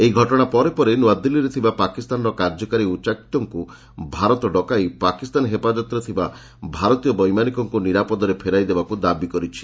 ଏହି ଘଟଣା ପରେ ପରେ ନୂଆଦିଲ୍ଲୀରେ ଥିବା ପାକିସ୍ତାନର କାର୍ଯ୍ୟକାରୀ ଉଚ୍ଚଆୟୁକ୍ତଙ୍କୁ ଭାରତ ଡକାଇ ପାକିସ୍ତାନ ହେପାଜତରେ ଥିବା ଭାରତୀୟ ବୈମାନିକଙ୍କ ନିରାପଦରେ ଫେରାଇ ଦେବାକୁ ଦାବି କରିଛି